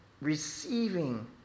receiving